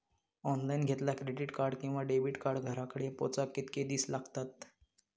Online घेतला credit card किंवा debit card घराकडे पोचाक कितके दिस लागतत?